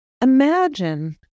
Imagine